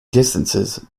distances